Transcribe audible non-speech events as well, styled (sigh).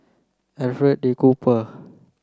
Alfred (unintelligible) Cooper